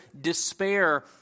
despair